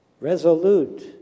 resolute